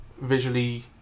visually